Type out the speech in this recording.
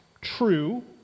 True